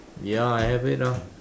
ya I have it ah